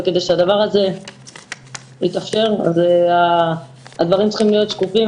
וכדי שהדבר הזה יתאפשר הדברים צריכים להיות שקופים,